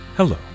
Hello